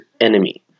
enemy